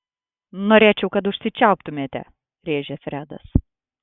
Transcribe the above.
norėčiau kad užsičiauptumėte rėžia fredas